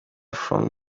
from